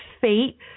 fate